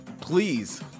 please